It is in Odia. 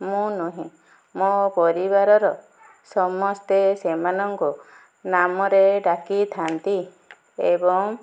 ମୁଁ ନୁହେଁ ମୋ ପରିବାରର ସମସ୍ତେ ସେମାନଙ୍କୁ ନାମରେ ଡାକିଥାନ୍ତି ଏବଂ